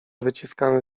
wyciskany